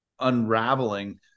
unraveling